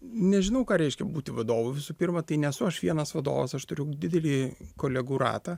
nežinau ką reiškia būti vadovu visų pirma tai nesu aš vienas vadovas aš turiu didelį kolegų ratą